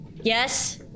Yes